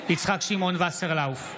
יצחק שמעון וסרלאוף,